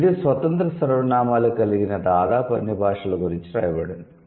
ఇది స్వతంత్ర సర్వనామాలు కలిగిన దాదాపు అన్ని భాషల గురించి వ్రాయబడింది